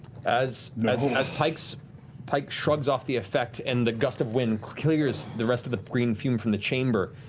as as pike so pike shrugs off the effect and the gust of wind clears the rest of the green fume from the chamber,